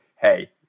hey